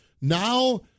Now